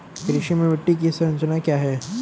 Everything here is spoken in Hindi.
कृषि में मिट्टी की संरचना क्या है?